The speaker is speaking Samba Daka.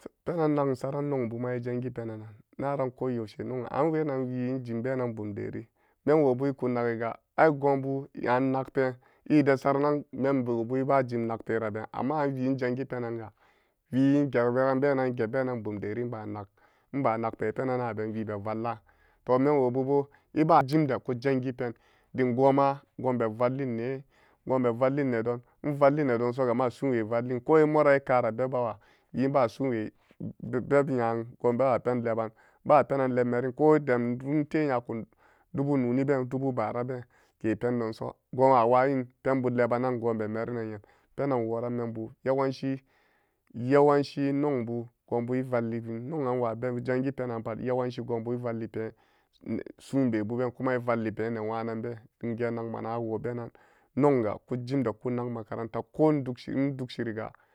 Penan nag ensaran nong buma ejangi penan nan naran ko yaushe nong an wenan wii enjim benan bum deri memwobu eku naggi-ga aii goonbu an nakpeen edesara nan menwobu ebajim nakperaben amma anwii ejangi penanga wii enget benan bum deri enba nak enba nakpe penan-naben wiibe vallan to memwobubo eba-kujimdeku kujangi pen dim goon ma goon be vallin nee goon be vallin nedon envalli nedonso ga ma su'unwe vallin ko emoran ekara bebawa wii enba soonwe beb nyan goon bewa pen leban ba penan leban merin ko den ente nyaku dubunoni been dubu bara been ke pendonso goon awayin penba leban goonbe merin nan nyam penan enworan memba yewanci, yewanci nongbu goonbu evalli bum nong'an wa beban jangi penanga pat yewanci goonbu evalli soon bebu been kuma evalli peen ne nwa nun been dim geen nangma nan awobe nan nonga ku jim de kunag makaranta ko endugshiri endugshiriga.